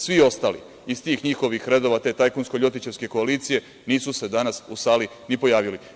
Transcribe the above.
Svi ostali iz tih njihovih redova te tajkunsko-ljotićevske koalicije nisu se danas u sali ni pojavili.